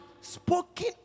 spoken